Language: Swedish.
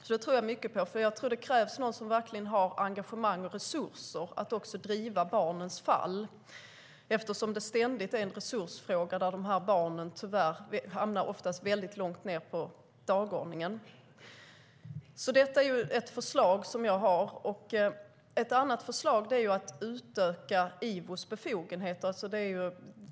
Jag tror alltså mycket på det, för det kräver någon som verkligen har engagemang och resurser att driva barnens fall. Det är ständigt en resursfråga där dessa barn tyvärr oftast hamnar långt ned på dagordningen. Det är alltså ett förslag som jag har. Ett annat förslag är att utöka Ivos befogenheter.